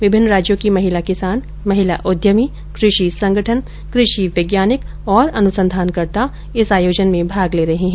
विभिन्न राज्यों की महिला किसान महिला उद्यमी कृषि संगठन कृषि वैज्ञानिक और अनुसंधानकर्ता इस आयोजन में भाग ले रहे है